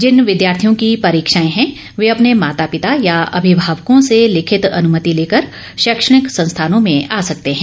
जिन विद्यार्थियों की परीक्षाएं हैं वे अपने माता पिता या अभिभावकों से लिखित अनुमति लेकर शैक्षणिक संस्थानों में आ सकते हैं